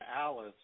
Alice